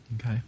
Okay